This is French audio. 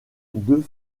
deux